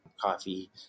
coffee